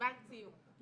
קיבלת ציון.